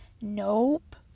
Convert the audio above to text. Nope